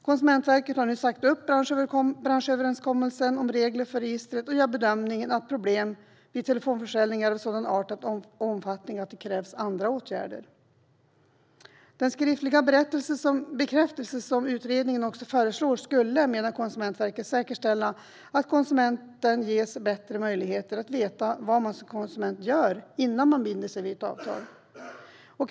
Konsumentverket har nu sagt upp branschöverenskommelsen om regler för registret och gör bedömningen att problem med telefonförsäljning är av sådan art och omfattning att det krävs andra åtgärder. Konsumentverket menar att den skriftliga bekräftelse som utredningen också föreslår skulle säkerställa att konsumenten ges bättre möjlighet att veta vad man gör innan man binder sig vid ett avtal.